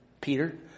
Peter